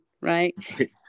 right